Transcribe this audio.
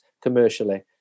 commercially